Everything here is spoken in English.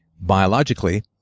biologically